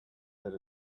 that